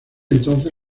entonces